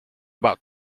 about